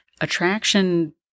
attraction